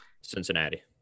Cincinnati